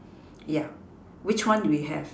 yeah which one do we have